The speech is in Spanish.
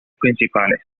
principales